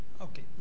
Okay